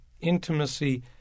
intimacy